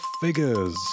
figures